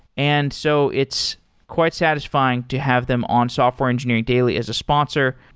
and so it's quite satisfying to have them on software engineering daily as a sponsor.